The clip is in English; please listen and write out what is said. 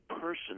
person